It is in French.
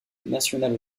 nationale